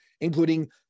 including